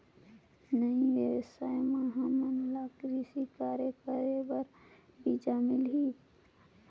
ई व्यवसाय म हामन ला कृषि कार्य करे बर बीजा मिलही?